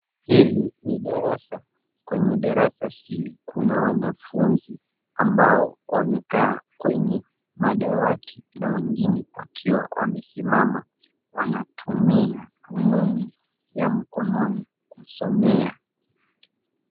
Hili ni darasa, kwenye darasa hili kuna wanafunzi ambao wamekaa kwenye madawati na wengine wakiwa wamesimama wanatumia rununu ya mkononi kusomea.